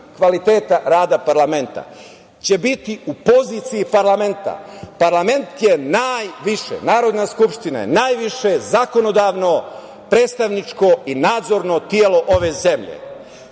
kvaliteta rada parlamenta će biti u poziciji parlamenta. Parlament, Narodna skupština je najviše zakonodavno predstavničko i nadzorno telo ove zemlje. Gospodo